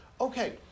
Okay